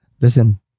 listen